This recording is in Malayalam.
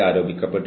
എനിക്കറിയില്ല